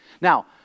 Now